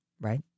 right